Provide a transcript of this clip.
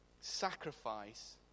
Sacrifice